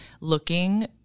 looking